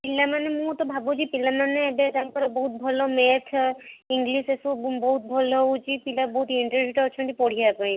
ପିଲାମାନେ ମୁଁ ତ ଭାବୁଛି ପିଲାମାନେ ଏବେ ତାଙ୍କର ବହୁତ ଭଲ ମେଥ୍ ଇଂଗ୍ଲିଶ୍ ଏସବୁ ବହୁତ ଭଲ ହେଉଛି ପିଲା ବହୁତ ଇନ୍ଟରେଷ୍ଟ ପଢ଼ିବାପାଇଁ